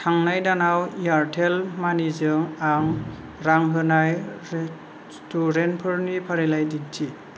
थांनाय दानाव एयारटेल मानिजों आं रां होनाय रेस्टुरेन्टफोरनि फारिलाइ दिन्थि